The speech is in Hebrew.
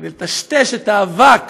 כדי לטשטש את האבק